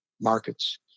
markets